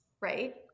right